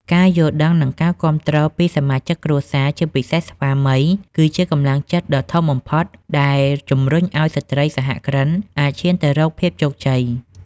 ការយល់ដឹង និងការគាំទ្រពីសមាជិកគ្រួសារ ជាពិសេសស្វាមី គឺជាកម្លាំងចិត្តដ៏ធំបំផុតដែលជំរុញឱ្យស្ត្រីសហគ្រិនអាចឈានទៅរកភាពជោគជ័យ។